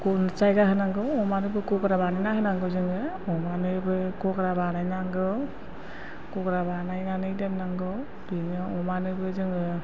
जायगा होनांगौ अमानोबो गग्रा बानायनानै होनांगौ जोङो अमानोबो गग्रा बानाय नांगौ गग्रा बानायनानै दोननांगौ बिनो अमानोबो जोङो